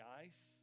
ice